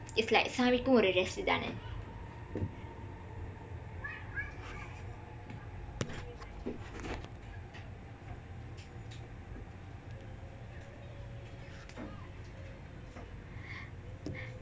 it's like சாமிக்கும் ஒரு:saamikkum oru rest-tu தானே:thaanee